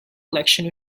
election